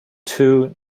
two